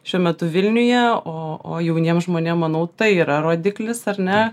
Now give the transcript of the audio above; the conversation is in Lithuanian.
šiuo metu vilniuje o o jauniem žmonėm manau tai yra rodiklis ar ne